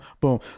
boom